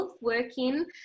working